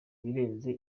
birenze